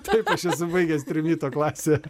taip aš esu baigęs trimito klasę